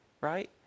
Right